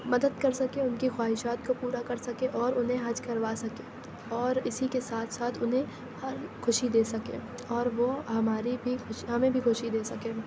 مدد کر سکے ان کی خواہشات کو پورا کر سکے اور انہیں حج کروا سکے اور اسی کے ساتھ ساتھ انہیں ہر خوشی دے سکے اور وہ ہماری بھی خوشی ہمیں بھی خوشی دے سکے